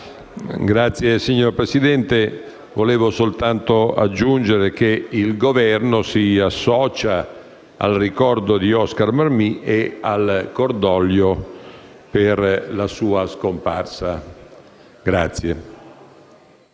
finanze*. Signor Presidente, desidero soltanto aggiungere che il Governo si associa al ricordo di Oscar Mammì e al cordoglio per la sua scomparsa.